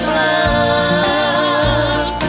love